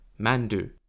Mandu